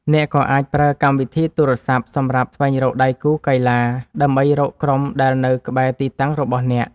អ្នកក៏អាចប្រើកម្មវិធីទូរស័ព្ទសម្រាប់ស្វែងរកដៃគូកីឡា ដើម្បីរកក្រុមដែលនៅក្បែរទីតាំងរបស់អ្នក។